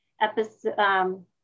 episode